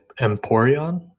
Emporion